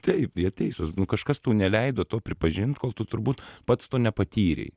taip jie teisūs nu kažkas tau neleido to pripažint kol tu turbūt pats to nepatyrei